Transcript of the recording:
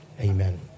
Amen